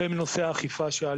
החל מנושא האכיפה,